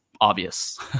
obvious